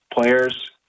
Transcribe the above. players